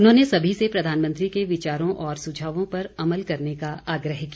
उन्होंने सभी से प्रधानमंत्री के विचारों और सुझावों पर अमल करने का आग्रह किया